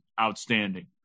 outstanding